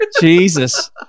Jesus